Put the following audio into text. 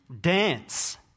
dance